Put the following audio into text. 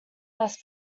best